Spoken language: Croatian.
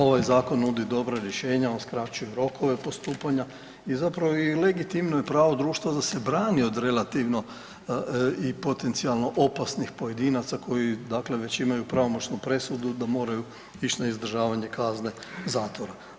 Ovaj zakon nudi dobra rješenja, on skraćuje rokove postupanja i zapravo legitimno je pravo društva da se brani od relativno i potencijalno opasnih pojedinaca koji, dakle već imaju pravomoćnu presudu da moraju ići na izdržavanje kazne zatvora.